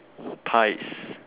pies